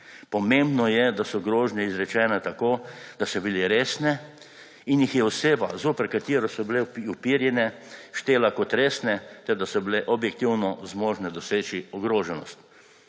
Pomembno je, da so grožnje izrečene tako, da so bile resne in jih je oseba, zoper katero so bile uperjene, štela kot resne ter so bile objektivno zmožne doseči ogroženost.